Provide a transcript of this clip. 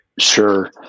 Sure